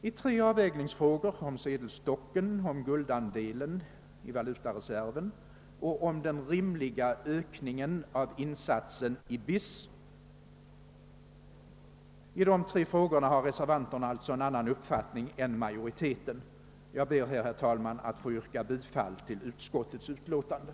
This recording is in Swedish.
I tre avvägningsfrågor — om sedelstocken, om guldandelen i valutareserven och om en rimlig ökning av insatsen i BIS — har reservanterna alltså en annan uppfattning än utskottsmajoriteten. Jag ber, herr talman, att få yrka bifall till utskottets hemställan.